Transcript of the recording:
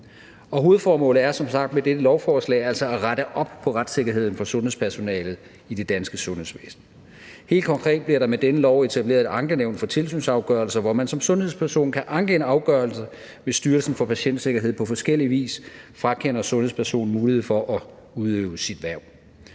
hovedformålet med dette lovforslag er altså som sagt at rette op på retssikkerheden for sundhedspersonalet i det danske sundhedsvæsen. Helt konkret bliver der med denne lov etableret et ankenævn for tilsynsafgørelser, hvor man som sundhedsperson kan anke en afgørelse, hvis Styrelsen for Patientsikkerhed på forskellig vis frakender sundhedspersonen mulighed for at udøve sit hverv.